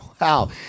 wow